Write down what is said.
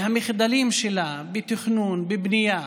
מהמחדלים שלה, בתכנון, בבנייה